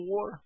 War